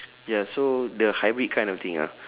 ya so the hybrid kind of thing ah